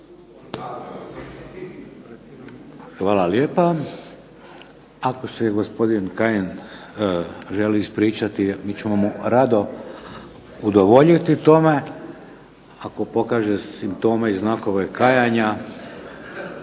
Hvala lijepa. Ako se gospodin Kajin želi ispričati mi ćemo mu rado udovoljiti tome, ako pokaže simptome i znakove kajanja.